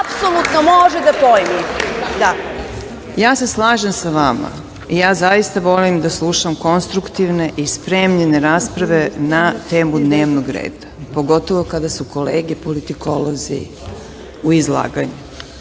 apsolutno može da pojmi. **Marina Raguš** Ja se slažem sa vama, ja zaista volim da slušam konstruktivne i spremljene rasprave na temu dnevnog reda, pogotovo kada su u kolege politikolozi u izlaganju,